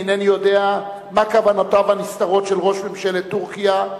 אינני יודע מה כוונותיו הנסתרות של ראש ממשלת טורקיה,